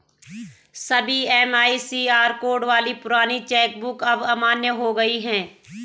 सभी MICR code वाली पुरानी चेक बुक अब अमान्य हो गयी है